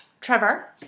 Trevor